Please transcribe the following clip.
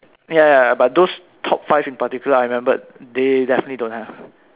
ya ya ya but those top five in particular I remembered they definitely don't have